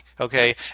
okay